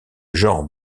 genre